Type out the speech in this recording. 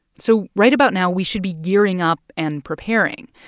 so right about now, we should be gearing up and preparing.